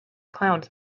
clowns